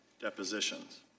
depositions